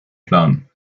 planen